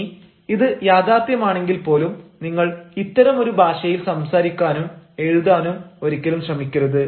ഇനി ഇത് യാഥാർത്ഥ്യമാണെങ്കിൽ പോലും നിങ്ങൾ ഇത്തരമൊരു ഭാഷയിൽ സംസാരിക്കാനും എഴുതാനും ഒരിക്കലും ശ്രമിക്കരുത്